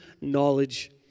knowledge